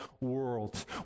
worlds